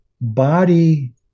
body